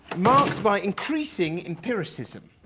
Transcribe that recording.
marked by increasing empiricism.